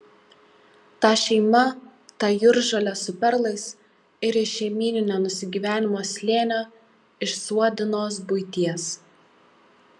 ta šeima ta jūržolė su perlais ir iš šeimyninio nusigyvenimo slėnio iš suodinos buities